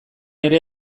ere